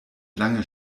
lange